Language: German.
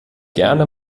gerne